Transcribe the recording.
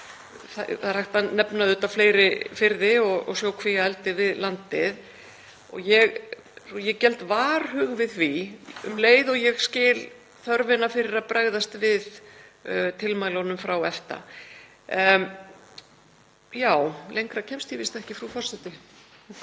Það er hægt að nefna auðvitað fleiri firði og sjókvíaeldi við landið. Ég geld varhuga við því um leið og ég skil þörfina fyrir að bregðast við tilmælunum frá EFTA. Já, lengra kemst ég víst ekki, frú forseti.